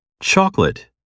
Chocolate